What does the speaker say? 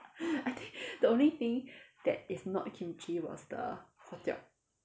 I think the only thing that is not kimchi was the hotteok